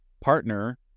partner